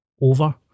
over